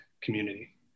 community